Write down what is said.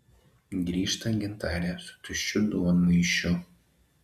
grįžta gintarė su tuščiu duonmaišiu